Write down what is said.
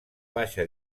baixa